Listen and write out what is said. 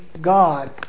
God